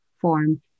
form